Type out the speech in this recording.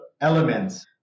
elements